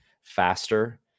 faster